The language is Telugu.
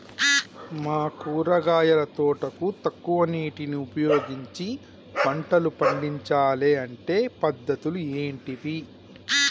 మా కూరగాయల తోటకు తక్కువ నీటిని ఉపయోగించి పంటలు పండించాలే అంటే పద్ధతులు ఏంటివి?